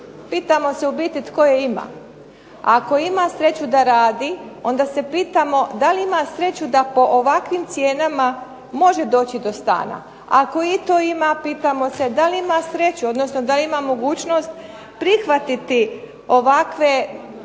Pitamo se u biti tko je ima. Ako ima sreću da radi onda se pitamo da li ima sreću da po ovakvim cijenama može doći do stana. Ako i to ima pitamo se da li ima sreće odnosno da li ima mogućnost prihvatiti ovakve ogromne